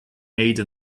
made